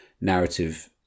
narrative